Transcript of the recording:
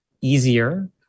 easier